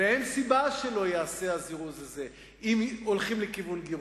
ואין סיבה שלא ייעשה הזירוז הזה אם הולכים לכיוון גירושין.